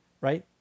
right